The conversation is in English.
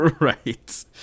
right